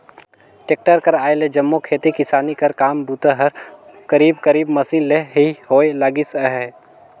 tractor कर आए ले जम्मो खेती किसानी कर काम बूता हर करीब करीब मसीन ले ही होए लगिस अहे